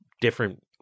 different